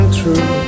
true